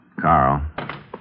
Carl